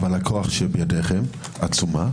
אבל הכוח שבידכם עצום.